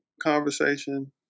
conversation